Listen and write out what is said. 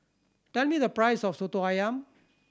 tell me the price of Soto Ayam